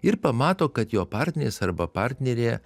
ir pamato kad jo partneris arba partnerė